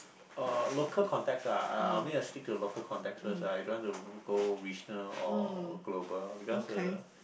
uh local context uh I I mean I stick to local context first I don't want to go regional or global because uh